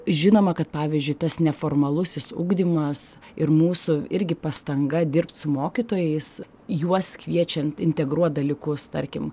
žinoma kad pavyzdžiui tas neformalusis ugdymas ir mūsų irgi pastanga dirbt su mokytojais juos kviečiant integruot dalykus tarkim